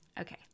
Okay